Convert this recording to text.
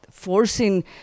Forcing